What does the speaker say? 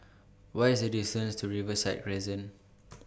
What IS The distance to Riverside Crescent